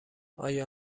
ایا